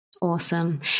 Awesome